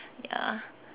ya